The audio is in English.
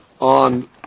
on